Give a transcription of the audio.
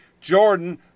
Jordan